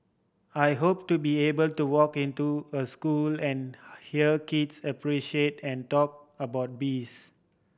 I hope to be able to walk into a school and hear kids appreciate and talk about bees